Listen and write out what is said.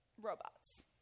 robots